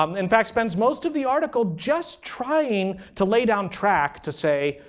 um in fact, spends most of the article just trying to lay down track to say,